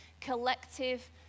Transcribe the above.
collective